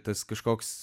tas kažkoks